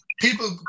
people